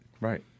Right